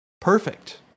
perfect